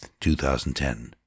2010